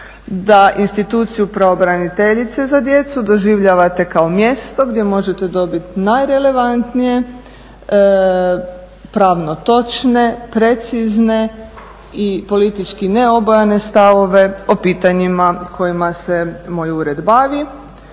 da instituciju pravobraniteljice za djecu doživljavate kao mjesto gdje možete dobiti najrelevantnije pravno točne, precizne i politički neobojane stavove o pitanjima kojima se moj ured bavi